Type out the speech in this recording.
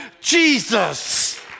Jesus